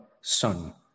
son